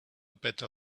better